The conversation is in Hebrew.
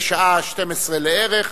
בשעה 12:00 לערך,